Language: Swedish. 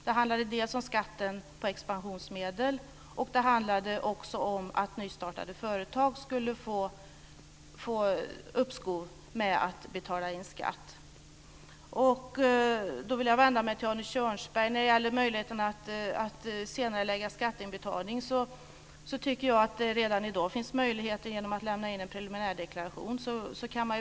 Det handlade dels om skatten på expansionsmedel, dels om uppskov för nystartade företag med inbetalning av skatt. Jag vill här vända mig till Arne Kjörnsberg. När det gäller senareläggning av skatteinbetalningar tycker jag att det redan i dag finns möjligheter till sådana genom inlämning av en preliminärdeklaration.